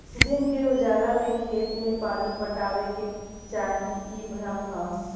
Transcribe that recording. दिन के उजाला में खेत में पानी पटावे के चाही इ भ्रम ह